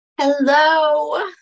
Hello